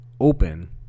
open